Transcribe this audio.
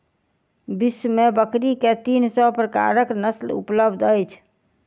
विश्व में बकरी के तीन सौ प्रकारक नस्ल उपलब्ध अछि